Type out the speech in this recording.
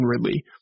Ridley